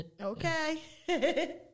Okay